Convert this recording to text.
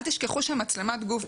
אל תשכחו שמצלמת הגוף,